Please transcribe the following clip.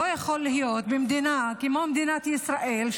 לא יכול להיות שבמדינה כמו מדינת ישראל,